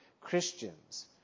Christians